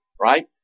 right